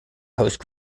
host